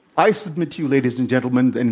i submit to you, ladies and gentlemen, and